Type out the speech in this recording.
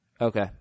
Okay